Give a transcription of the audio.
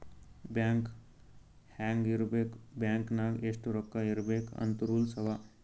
bank ಹ್ಯಾಂಗ್ ಇರ್ಬೇಕ್ bank ನಾಗ್ ಎಷ್ಟ ರೊಕ್ಕಾ ಇರ್ಬೇಕ್ ಅಂತ್ ರೂಲ್ಸ್ ಅವಾ